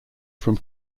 from